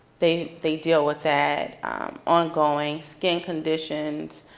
they they deal with that ongoing skin conditions.